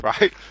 right